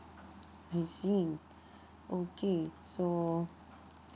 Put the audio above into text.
I see okay so